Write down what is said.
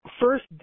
First